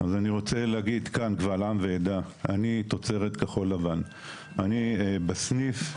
אני רוצה להגיד כאן קבל עם ועדה: אני תוצרת כחול לבן.